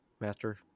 Master